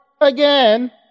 again